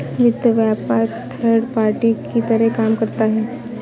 वित्त व्यापार third party की तरह काम करता है